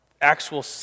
actual